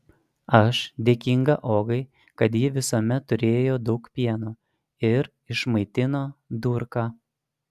aš dėkinga ogai kad ji visuomet turėjo daug pieno ir išmaitino durką